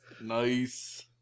Nice